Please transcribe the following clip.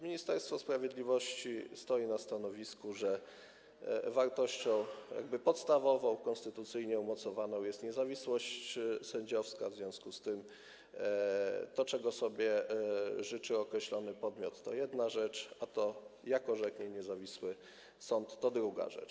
Ministerstwo Sprawiedliwości stoi na stanowisku, że podstawową, konstytucyjnie umocowaną wartością jest niezawisłość sędziowska, w związku z tym to, czego sobie życzy określony podmiot, to jedna rzecz, a to, jak orzeknie niezawisły sąd, to druga rzecz.